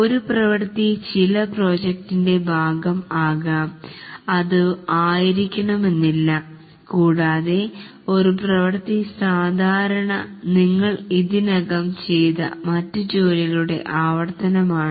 ഒരു പ്രവർത്തി ചില പ്രോജക്ടിന്റെ ഭാഗം ആകാം അതും ആയിരിക്കണമെന്നില്ല കൂടാതെ ഒരു പ്രവർത്തി സാധാരണ നിങ്ങൾ ഇതിനകം ചെയ്ത മറ്റു ജോലികളുടെ ആവർത്തനമാണ്